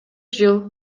жыл